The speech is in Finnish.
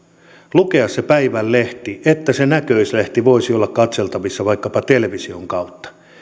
lukea se päivän lehti se näköislehti voisi olla katseltavissa vaikkapa television kautta